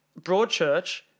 Broadchurch